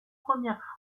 première